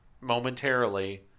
momentarily